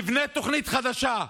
לבנות תוכנית חדשה,